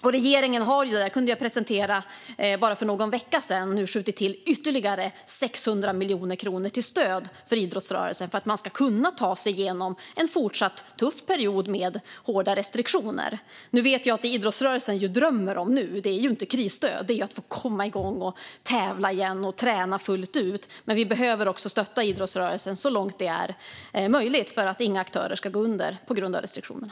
Regeringen kunde för bara någon vecka sedan presentera att vi nu skjuter till ytterligare 600 miljoner kronor i stöd till idrottsrörelsen för att man ska kunna ta sig igenom en fortsatt tuff period med hårda restriktioner. Nu vet jag visserligen att det idrottsrörelsen drömmer om nu inte är krisstöd utan att få komma igång och tävla igen, och träna fullt ut, men vi behöver stötta idrottsrörelsen så långt det är möjligt för att inga aktörer ska gå under på grund av restriktionerna.